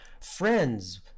friends